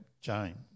jane